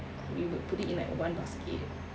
we would put it in like one basket